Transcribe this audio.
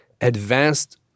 advanced